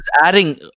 adding